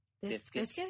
Biscuit